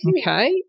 okay